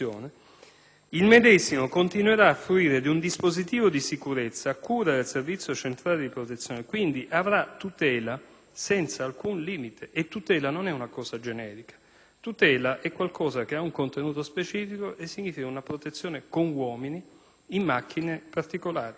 il medesimo continuerà a fruire di un dispositivo di sicurezza a cura del Servizio centrale di protezione; avrà quindi tutela senza alcun limite. E la tutela non è una cosa generica: è qualcosa che ha un contenuto specifico e significa protezione con uomini in macchine particolari.